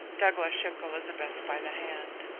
douglas shook elizabeth by the hand.